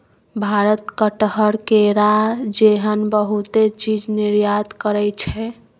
भारत कटहर, केरा जेहन बहुते चीज निर्यात करइ छै